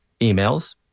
emails